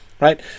right